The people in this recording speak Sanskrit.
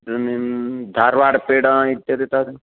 इदानीं धार्वाड् पेडा इत्यादि तत्